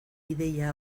ideia